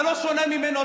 אתה לא שונה ממנו.